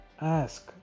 ask